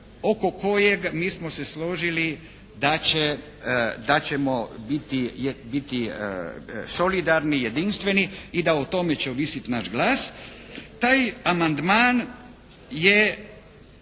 oko kojeg mi smo se složili da ćemo biti solidarni i jedinstveni i da o tome će ovisiti naš glas. Taj amandman je